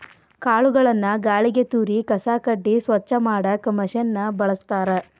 ಕಾಳುಗಳನ್ನ ಗಾಳಿಗೆ ತೂರಿ ಕಸ ಕಡ್ಡಿ ಸ್ವಚ್ಛ ಮಾಡಾಕ್ ಮಷೇನ್ ನ ಬಳಸ್ತಾರ